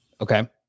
Okay